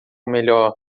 melhor